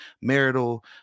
marital